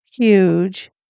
Huge